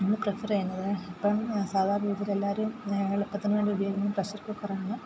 നമ്മൾ പ്രിഫർ ചെയ്യുന്നത് ഇപ്പം സാധാരണ രീതിയിലെല്ലാവരും എളുപ്പത്തിനു വേണ്ടി ഉപയോഗിക്കുന്നത് പ്രഷർ കുക്കറാണ്